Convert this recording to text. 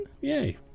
Yay